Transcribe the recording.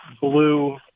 blue